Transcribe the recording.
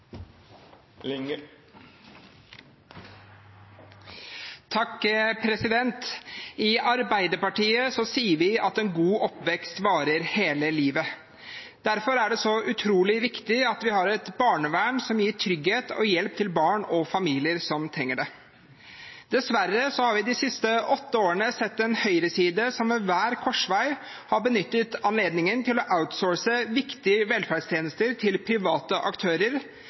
I Arbeiderpartiet sier vi at en god oppvekst varer hele livet. Derfor er det så utrolig viktig at vi har et barnevern som gir trygghet og hjelp til barn og familier som trenger det. Dessverre har vi de siste åtte årene sett en høyreside som ved hver korsvei har benyttet anledningen til å outsource viktige velferdstjenester til private aktører,